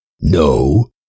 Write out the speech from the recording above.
no